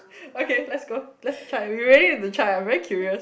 okay let's go let's try we really have to try I'm very curious